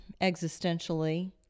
existentially